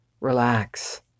Relax